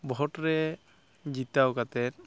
ᱵᱷᱳᱴ ᱨᱮ ᱡᱤᱛᱟᱣ ᱠᱟᱛᱮ